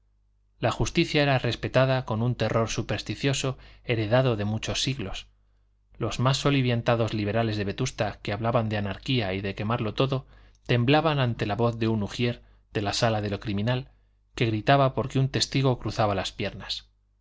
la justicia era respetada con un terror supersticioso heredado de muchos siglos los más soliviantados liberales de vetusta que hablaban de anarquía y de quemarlo todo temblaban ante la voz de un ujier de la sala de lo criminal que gritaba porque un testigo cruzaba las piernas